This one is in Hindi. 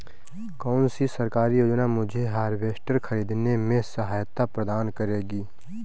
कौन सी सरकारी योजना मुझे हार्वेस्टर ख़रीदने में सहायता प्रदान करेगी?